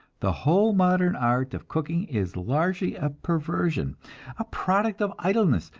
the whole modern art of cooking is largely a perversion a product of idleness,